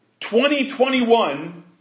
2021